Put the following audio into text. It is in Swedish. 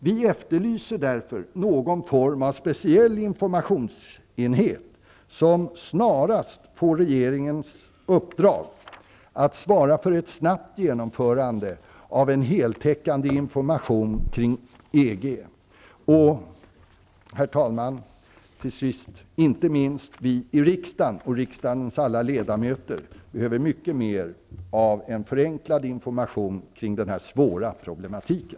Vi efterlyser därför någon form av speciell informationsenhet som snarast får regeringens uppdrag att svara för ett snabbt genomförande av en heltäckande information kring EG. Herr talman! Till sist: Inte minst vi i riksdagen, riksdagens alla ledamöter, behöver mycket mer av förenklad information kring den här svåra problematiken.